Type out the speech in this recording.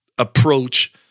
approach